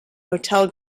hotel